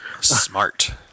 Smart